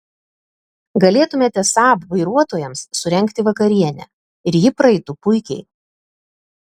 galėtumėte saab vairuotojams surengti vakarienę ir ji praeitų puikiai